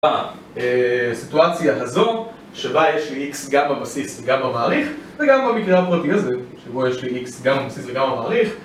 בסיטואציה הזו שבה יש לי x גמא בסיס וגמא מעריך וגם במקרה הפרטי הזה שבו יש לי x גמא בסיס וגמא מעריך